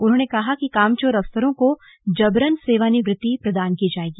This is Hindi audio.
उन्होंने कहा कि कामचोर अफसरों को जबरन सेवानिवृति प्रदान की जायेगी